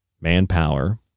manpower